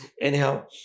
Anyhow